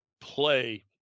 play